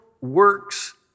works